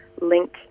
link